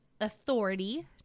authority